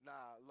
Nah